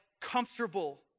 comfortable